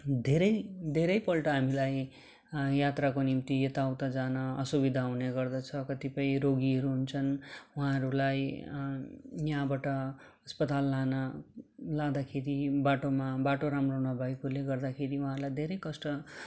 धेरै धेरैपल्ट हामीलाई यात्राको निम्ति यताउता जान असुविधा हुने गर्दछ कतिपय रोगीहरू हुन्छन् उहाँहरूलाई यहाँबाट अस्पताल लान लाँदाखेरि बाटोमा बाटो राम्रो नभएकोले गर्दाखेरि उहाँलाई धेरै कष्ट